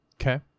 okay